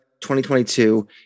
2022